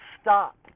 stop